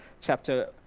chapter